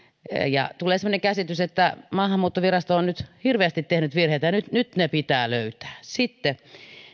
ja tulee semmoinen käsitys että maahanmuuttovirasto on nyt hirveästi tehnyt virheitä ja nyt nyt ne pitää löytää sitten